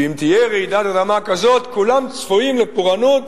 שאם תהיה רעידת אדמה כזאת כולם צפויים לפורענות